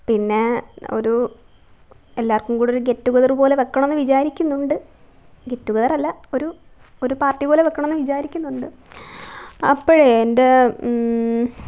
പിന്നെ ഒരു എല്ലാവർക്കും കൂടെയൊരു ഗെറ്റ് ടുഗെതറ് പോലെ വെക്കണമെന്ന് വിചാരിക്കുന്നുണ്ട് ഗെറ്റുഗതറല്ല ഒരു ഒരു പാർട്ടി പോലെ വെക്കണമെന്ന് വിചാരിക്കുന്നുണ്ട് അപ്പോഴേ എൻ്റെ